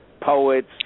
poets